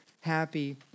happy